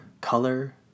color